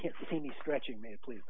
can't see me scratching me please